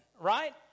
right